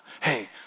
Hey